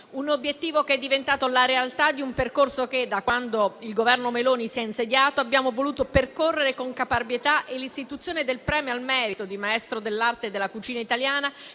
Un obiettivo che è diventato la realtà di un percorso che, da quando il Governo Meloni si è insediato, abbiamo voluto percorrere con caparbietà e l'istituzione del premio al merito di Maestro dell'arte della cucina italiana